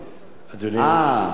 אדוני